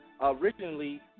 originally